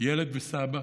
ילד וסבא,